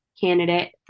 candidate